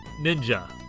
Ninja